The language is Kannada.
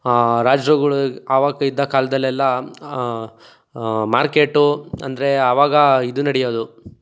ಆಂ ರಾಜರುಗುಳಗ್ ಅವಾಗಿದ್ದ ಕಾಲದಲ್ಲೆಲ್ಲ ಮಾರ್ಕೇಟು ಅಂದರೆ ಅವಾಗ ಇದು ನಡಿಯೋದು